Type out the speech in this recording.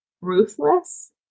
ruthless